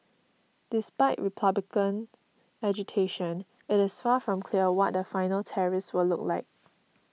despite Republican agitation it is far from clear what the final tariffs will look like